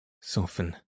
soften